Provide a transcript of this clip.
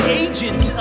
agent